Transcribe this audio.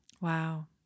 Wow